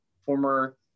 former